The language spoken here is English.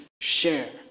share